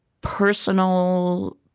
personal